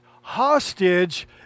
hostage